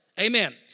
Amen